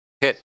hit